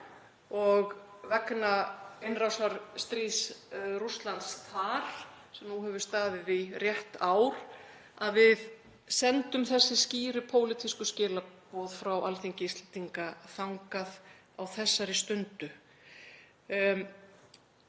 og vegna innrásarstríðs Rússlands, það sem nú hefur staðið í rétt ár, að við sendum þessi skýru pólitísku skilaboð frá Alþingi Íslendinga þangað á þessari stundu.